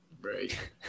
Right